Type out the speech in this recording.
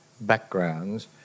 backgrounds